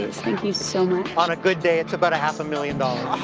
thank you so much on a good day, it's about a half a million dollars um